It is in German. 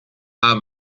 aber